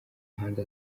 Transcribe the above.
muhanzi